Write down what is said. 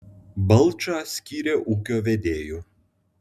balčą skyrė ūkio vedėju